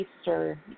Easter